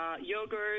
yogurt